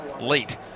late